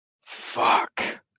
fuck